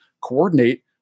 coordinate